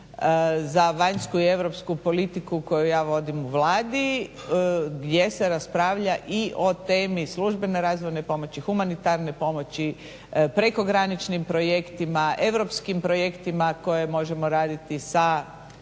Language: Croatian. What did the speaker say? za vanjsku i europsku politiku koju ja vodim u Vladi gdje se raspravlja i o temi službene razvojne pomoći, humanitarne pomoći, prekograničnim projektima, europskim projektima koje možemo raditi sa